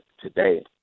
today